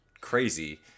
crazy